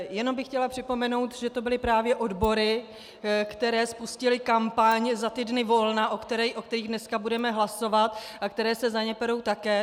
Jenom bych chtěla připomenout, že to byly právě odbory, které spustily kampaň za ty dny volna, o kterých dneska budeme hlasovat, a které se za ně perou také.